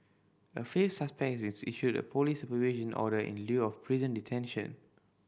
a fifth suspect issued a police supervision order in lieu of prison detention